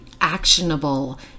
actionable